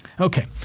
Okay